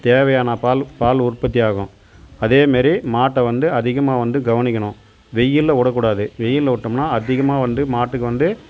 தேவையான பால் பால் உற்பத்தி ஆகும் அதே மாரி மாட்டை வந்து அதிகமாக வந்து கவனிக்கணும் வெயிலில் விடக்கூடாது வெயிலில் விட்டோம்னா அதிகமாக வந்து மாட்டுக்கு வந்து